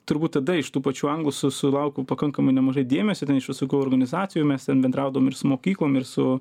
turbūt tada iš tų pačių anglų su sulaukiau pakankamai nemažai dėmesio ten iš visokių organizacijų mes ten bendraudavom ir su mokyklom ir su